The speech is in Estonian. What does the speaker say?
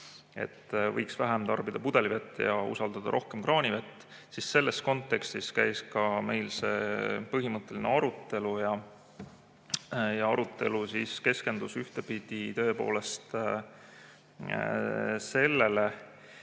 et võiks vähem tarbida pudelivett ja usaldada rohkem kraanivett, siis selles kontekstis käis meil ka see põhimõtteline arutelu. Arutelu keskendus ühtepidi tõepoolest sellele,